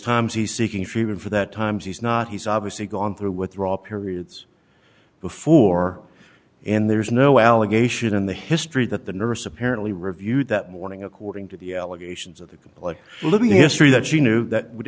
times he seeking treatment for that times he's not he's obviously gone through with raw periods before and there's no allegation in the history that the nurse apparently reviewed that morning according to the elevations of the complex living history that she knew that would